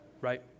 right